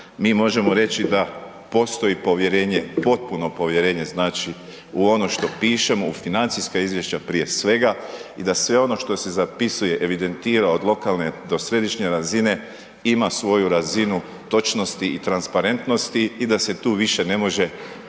mi možemo reći da postoji povjerenje, potpuno povjerenje znači, u ono što pišemo, u financijska izvješća prije svega i da sve ono što se zapisuje, evidentira od lokalne do središnje razine, ima sviju razinu točnosti i transparentnosti i da se tu više ne može puno